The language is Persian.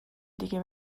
دیگه